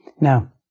Now